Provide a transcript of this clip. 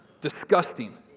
Disgusting